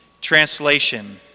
translation